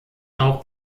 auch